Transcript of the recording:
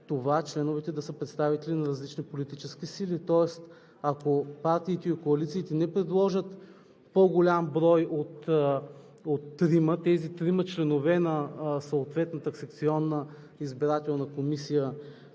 членовете да са представители на различни политически сили. Тоест, ако партиите и коалициите не предложат по-голям брой от трима, тези трима членове на съответната секционна избирателна комисия,